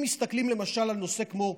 אם מסתכלים למשל על נושא כמו חינוך,